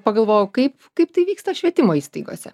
pagalvojau kaip kaip tai vyksta švietimo įstaigose